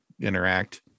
interact